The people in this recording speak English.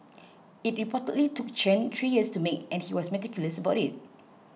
it reportedly took Chen three years to make and he was meticulous about it